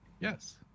Yes